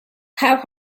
have